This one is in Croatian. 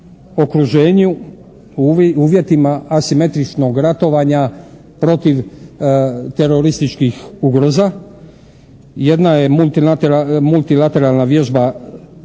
okruženju u uvjetima asimetrično ratovanja protiv terorističkih ugroza. Jedna je multilateralna vježba